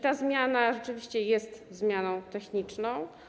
Ta zmiana rzeczywiście jest zmianą techniczną.